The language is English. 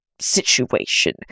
situation